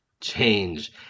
change